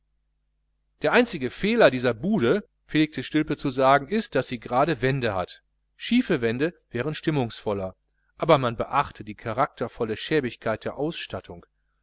der einzige fehler dieser bude ist pflegte stilpe zu sagen daß sie gerade wände hat schiefe wände wären stimmungsvoller aber man beachte die charaktervolle schäbigkeit der ausstattung